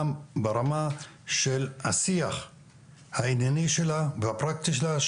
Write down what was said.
ברמה של השיח הענייני שלה והפרקטי שלה.